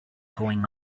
going